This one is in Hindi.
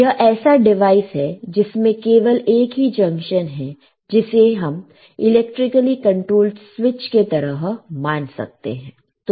यह ऐसा डिवाइस है जिसमें केवल एक ही जंक्शन है जिसे हम इलेक्ट्रिकली कंट्रोल्ड स्विच के तरह मान सकते हैं